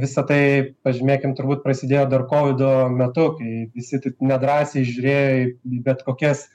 visa tai pažymėkim turbūt prasidėjo dar kovido metu kai visi taip nedrąsiai žiūrėjo į bet kokias